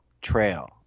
Trail